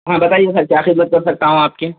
ہاں بتائیے سر کیا خدمت کر سکتا ہوں آپ کی